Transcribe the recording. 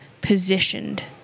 positioned